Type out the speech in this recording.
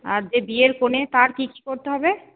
আর যে বিয়ের কণে তার কী কী করতে হবে